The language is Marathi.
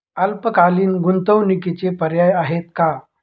अल्पकालीन गुंतवणूकीचे पर्याय आहेत का?